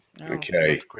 Okay